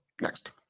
next